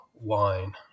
wine